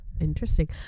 Interesting